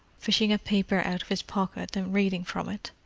fishing a paper out of his pocket, and reading from it.